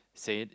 said